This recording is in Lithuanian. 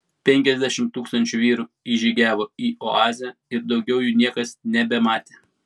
penkiasdešimt tūkstančių vyrų įžygiavo į oazę ir daugiau jų niekas nebematė